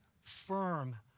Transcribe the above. firm